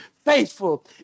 Faithful